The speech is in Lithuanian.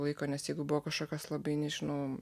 laiko nes jeigu buvo kažkokios labai nežinau